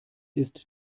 ist